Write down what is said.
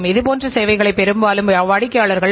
பின்னர் அதைக் கண்டுபிடிக்க முயற்சிக்கிறோம்